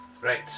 Right